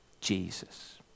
Jesus